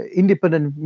independent